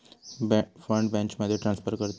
fund बॅचमध्ये transfer करतत